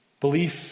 Belief